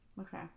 Okay